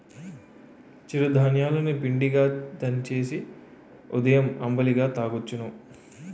చిరు ధాన్యాలు ని పిండిగా దంచేసి ఉదయం అంబలిగా తాగొచ్చును